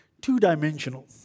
two-dimensional